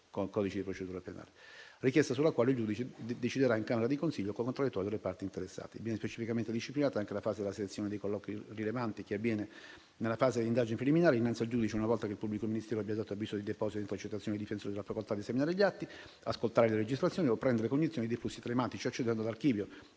del codice di procedura penale); richiesta sulla quale il giudice deciderà in camera di consiglio con contraddittorio tra le parti interessate. Viene specificamente disciplinata anche la fase della selezione dei colloqui rilevanti che avviene nella fase delle indagini preliminari innanzi al giudice, una volta che il pubblico ministero abbia dato avviso di deposito delle intercettazioni ai difensori della facoltà di esaminare gli atti, ascoltare le registrazioni o prendere cognizione dei flussi telematici, accedendo all'archivio,